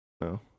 No